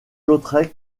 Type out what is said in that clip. lautrec